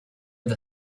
the